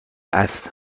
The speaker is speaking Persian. است